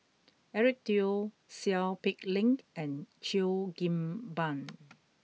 Eric Teo Seow Peck Leng and Cheo Kim Ban